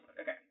Okay